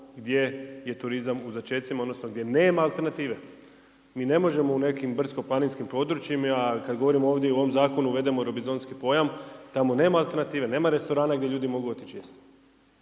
gdje je turizam u začecima, odnosno gdje nema alternative. Mi ne možemo u nekim brdsko planinskim područjima, kada govorimo ovdje i u ovom zakonu uvedemo robinzonski pojam, tamo nema alternative, nema restorana gdje ljudi mogu otići